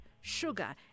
sugar